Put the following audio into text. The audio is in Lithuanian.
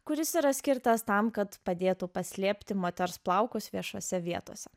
kuris yra skirtas tam kad padėtų paslėpti moters plaukus viešose vietose